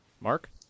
Mark